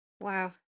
Wow